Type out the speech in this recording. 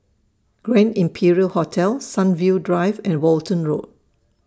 Grand Imperial Hotel Sunview Drive and Walton Road